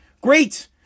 Great